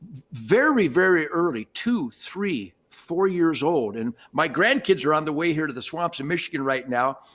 very, very early, two, three, four years old. and my grandkids are on the way here to the swamps in michigan right now.